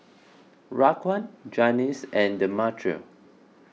Raquan Janis and Demetria